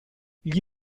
gli